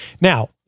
Now